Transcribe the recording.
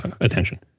attention